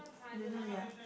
I don't know their